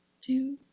two